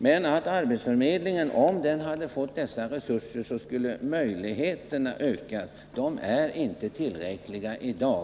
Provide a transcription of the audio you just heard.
Men om arbetsförmedlingen hade fått dessa föreslagna resurser skulle möjligheterna ökat. De är inte tillräckliga i dag.